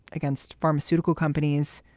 against pharmaceutical companies,